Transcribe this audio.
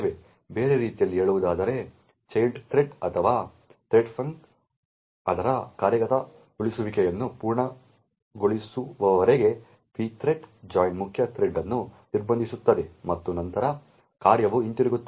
ಬೇರೆ ರೀತಿಯಲ್ಲಿ ಹೇಳುವುದಾದರೆ ಚೈಲ್ಡ್ ಥ್ರೆಡ್ ಅಥವಾ ಥ್ರೆಡ್ಫಂಕ್ ಅದರ ಕಾರ್ಯಗತಗೊಳಿಸುವಿಕೆಯನ್ನು ಪೂರ್ಣಗೊಳಿಸುವವರೆಗೆ pthread join ಮುಖ್ಯ ಥ್ರೆಡ್ ಅನ್ನು ನಿರ್ಬಂಧಿಸುತ್ತದೆ ಮತ್ತು ನಂತರ ಕಾರ್ಯವು ಹಿಂತಿರುಗುತ್ತದೆ